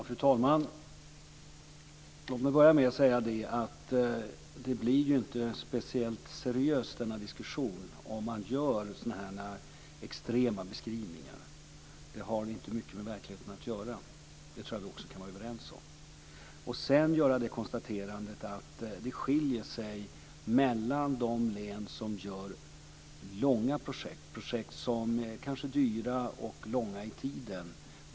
Fru talman! Jag vill börja med att säga att det inte blir någon speciellt seriös diskussion om man gör sådana extrema beskrivningar. De har inte mycket med verkligheten att göra. Det tror jag att vi också kan vara överens om. Det skiljer sig mellan de län som har långsiktiga projekt som är dyra.